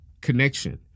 connection